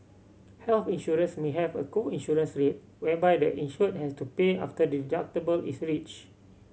health insurance may have a co insurance rate whereby the insured has to pay after the deductible is reached